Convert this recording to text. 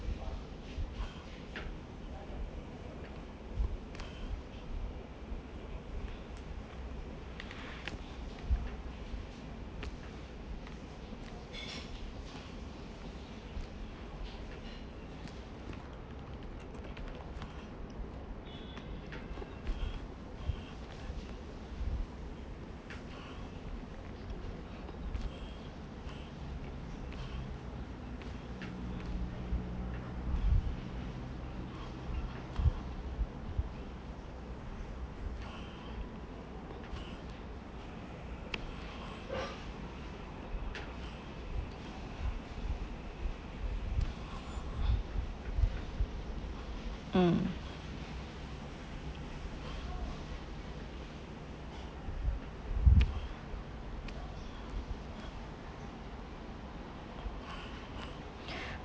um